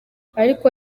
arko